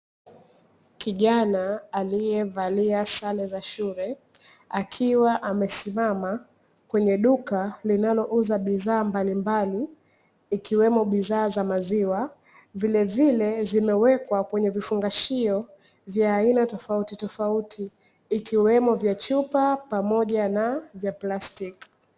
Kijana aliyevalia sare za shule, akiwa amesimama kwenye duka linalouza bidhaa mbalimbali, ikiwemo bidhaa za maziwa. Vilevile zimewekwa kwenye vifungashio vya aina tofautitofauti, ikiwemo vya chupa pamona na vya plastiki.